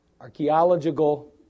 Archaeological